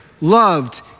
loved